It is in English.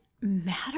matter